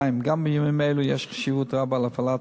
2. גם בימים אלה יש חשיבות רבה להפעלת